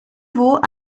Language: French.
vaux